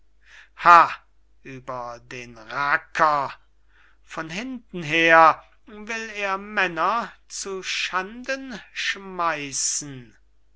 über den racker von hinten her will er männer zu schanden schmeissen